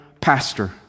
pastor